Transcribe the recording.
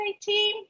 team